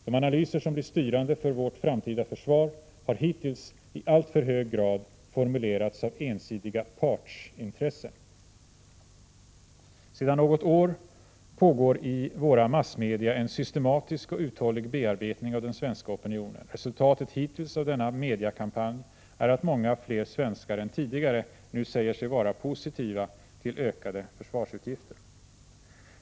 De analyser som blir styrande för vårt framtida försvar har hittills i allför hög grad formulerats av ensidiga partsintressen. Sedan något år pågår i våra massmedia en systematisk och uthållig bearbetning av den svenska opinionen. Resultatet hittills av denna mediakampanj är att många fler svenskar än tidigare nu säger sig vara positiva till ökade försvarsutgifter.